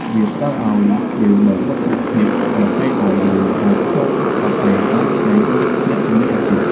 វាផ្ដល់ឱ្យយើងនូវមោទនភាពនៅពេលដែលយើងអាចឆុងកាហ្វេបានឆ្ងាញ់ដូចអ្នកជំនាញអាជីព។